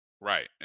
Right